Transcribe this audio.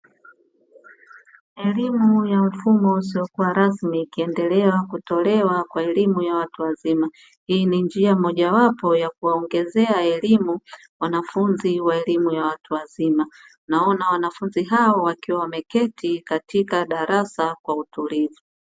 Elimu ya mfumo usiokuwa rasmi ikiendelea kutolewa kwa elimu ya watu wazima hii ni njia mojawapo ya kuwaongezea elimu wanafunzi wa elimu ya watu wazima, naona wanafunzi hao wakiwa wameketi katika darasa kwa utulivu.